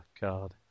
God